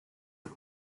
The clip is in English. and